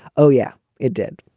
oh, yeah, it did.